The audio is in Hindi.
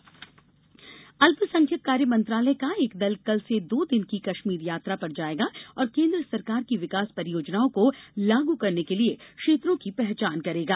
कश्मीर अल्पसंख्यक कार्य मंत्रालय का एक दल कल से दो दिन की कश्मीर यात्रा पर जाएगा और केन्द्र सरकार की विकास परियोजनाओं को लागू करने के लिए क्षेत्रों की पहचान करेगा